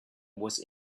was